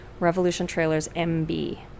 revolutiontrailersmb